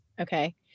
okay